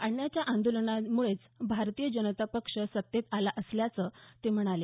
अण्णांच्या आंदोलनामुळेच भारतीय जनता पक्ष सत्तेत आला असल्याचं ते म्हणाले